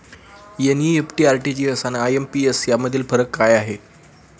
NEFT, RTGS आणि IMPS यामधील फरक काय आहे?